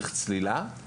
צוברים כמות